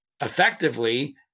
effectively